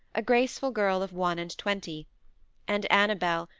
a graceful girl of one and twenty and annabel,